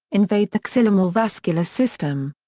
invade the xylem or vascular system.